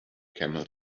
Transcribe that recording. camel